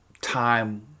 time